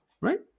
right